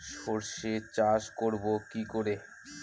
সর্ষে চাষ করব কি করে?